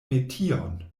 metion